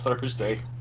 Thursday